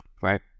right